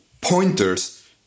pointers